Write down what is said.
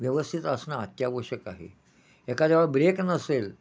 व्यवस्थित असणं अत्यावश्यक आहे एखाद्यावेळी ब्रेक नसेल